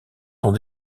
sont